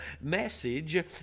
message